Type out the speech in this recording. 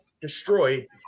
destroyed